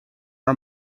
are